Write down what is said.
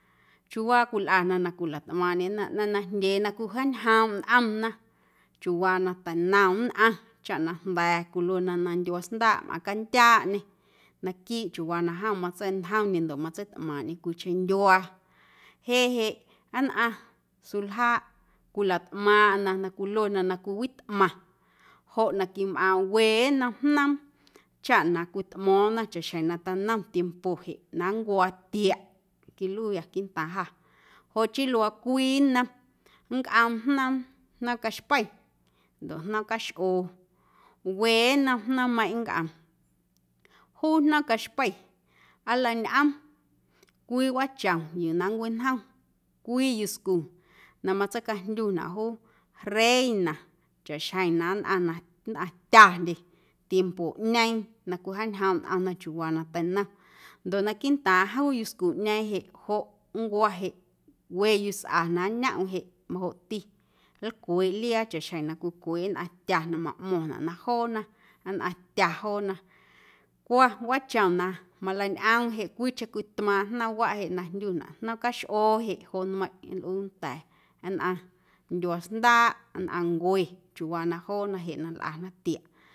Chiuuwaa cwilꞌana na cwilatꞌmaaⁿꞌndyena ꞌnaⁿ najndyee na cwijaañjoomꞌ nꞌomna chiuuwaa na teinom nnꞌaⁿ chaꞌ na jnda̱a̱ cwiluena na ndyuaa sndaaꞌ mꞌaⁿcandyaaꞌñe naquiiꞌ chiuuwaa na jom matsa̱ꞌntjomñe ndoꞌ matseitꞌmaaⁿꞌñe cwiicheⁿ ndyuaa jeꞌ jeꞌ nnꞌaⁿ suljaaꞌ cwilatꞌmaaⁿꞌna na cwiluena na cwiwitꞌmaⁿ joꞌ na quimꞌaaⁿ we nnom jnoom chaꞌ na cwitmo̱o̱ⁿna chaꞌxjeⁿ na teinom tiempo jeꞌ na nncwaa tiaꞌ quilꞌuuyâ quiiꞌntaaⁿ jâ joꞌ chii luaa cwii nnom nncꞌoom jnoom, jnoom caxpei ndoꞌ jnoom caxꞌoo we nnom jnoommeiⁿꞌ nncꞌom juu jnoom caxpei nlañꞌom cwii wꞌaachom yuu na nncwiñjom cwii yuscu na matseicajndyunaꞌ juu reina chaꞌxjeⁿ na nnꞌaⁿ nnꞌaⁿ tyandye tiempoꞌñeeⁿ na cwijaañjoomꞌ nꞌomna chiuuwaa na teinom ndoꞌ naquiiꞌntaaⁿꞌ juu yuscuꞌñeeⁿ jeꞌ joꞌ nncwa jeꞌ we yusꞌa naañomꞌm jeꞌ majoꞌti nlcweeꞌ liaa chaꞌxjeⁿ na cwicweeꞌ nnꞌaⁿtya na maꞌmo̱ⁿnaꞌ na joona nnꞌaⁿtya joona cwa wꞌaachom na maleiñꞌoom cwiicheⁿ tmaaⁿꞌ jnoomwaꞌ jeꞌ na jndyunaꞌ jnoom caxꞌoo jeꞌ joꞌ nmeiⁿꞌ nlꞌuu nnda̱a̱ nnꞌaⁿ ndyuaa sndaaꞌ nnꞌaⁿnncue chiuuwaa na joona jeꞌ lꞌana tiaꞌ.